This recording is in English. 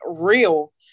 real